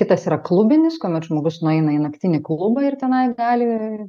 kitas yra klubinis kuomet žmogus nueina į naktinį klubą ir tenai gali